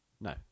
No